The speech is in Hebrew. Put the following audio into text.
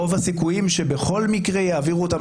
רוב הסיכויים שבכל מקרה יעבירו אותם